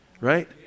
right